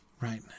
Right